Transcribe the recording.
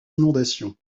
inondations